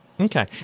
Okay